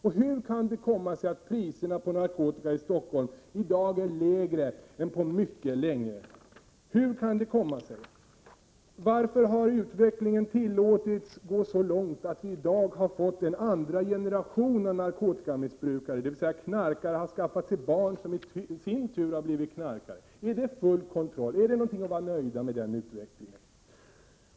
Och hur kan det komma sig att priserna på narkotika i Stockholm i dag är lägre än på mycket länge? Och varför har utvecklingen tillåtits gå så långt att vi i dag har fått ”en andra generation av narkotikamissbrukare” — dvs. att knarkare har skaffat sig barn som i sin tur har blivit knarkare? Är det full kontroll? Kan vi vara nöjda med den utvecklingen?